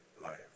life